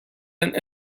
and